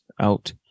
out